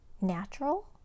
natural